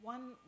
One